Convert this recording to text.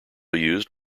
used